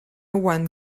one